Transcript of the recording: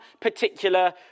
particular